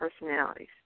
personalities